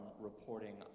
reporting